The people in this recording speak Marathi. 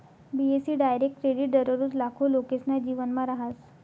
बी.ए.सी डायरेक्ट क्रेडिट दररोज लाखो लोकेसना जीवनमा रहास